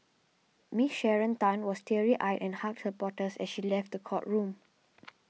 Miss Sharon Tan was teary eyed and hugged supporters as she left the courtroom